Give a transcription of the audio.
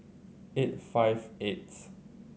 eight five eighth